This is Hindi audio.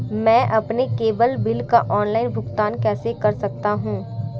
मैं अपने केबल बिल का ऑनलाइन भुगतान कैसे कर सकता हूं?